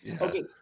Okay